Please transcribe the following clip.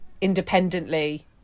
independently